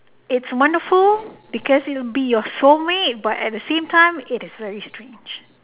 its wonderful because it will be your soulmate but at the same time it is very strange